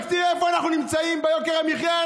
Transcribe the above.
רק תראה איפה אנחנו נמצאים ביוקר המחיה.